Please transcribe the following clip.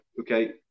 okay